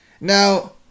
Now